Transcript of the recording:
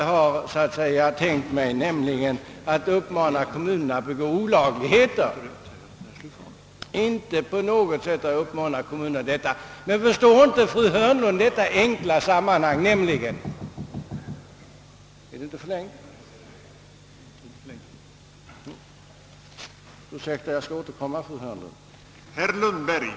Jag har aldrig någonsin tänkt mig att uppmana kommuner att begå olagligheter — men jag får på grund av den begränsade tiden för min replik återkomma till fru Hörnlund senare.